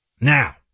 now